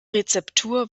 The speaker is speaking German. rezeptur